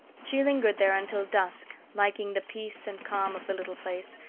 she lingered there until dusk, liking the peace and calm of the little place,